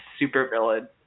supervillain